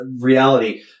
reality